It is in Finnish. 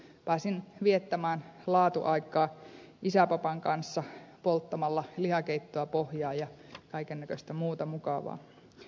pääsin viettämään laatuaikaa isäpapan kanssa polttamalla lihakeittoa pohjaan ja tekemällä kaiken näköistä muuta mukavaa